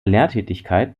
lehrtätigkeit